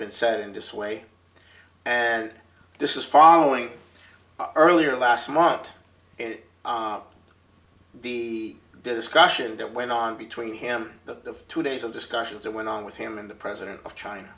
been said and to sway and this is following earlier last month in the discussion that went on between him the two days of discussions that went on with him and the president of china